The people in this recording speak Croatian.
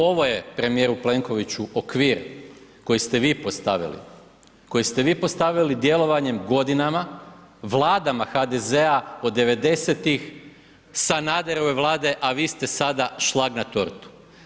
Ovo je premijeru Plenkoviću, okvir koji ste vi postavili, koji ste vi postavili djelovanjem godinama, Vladama HDZ-a od 90-ih, Sanaderove Vlade, a vi ste sada šlag na tortu.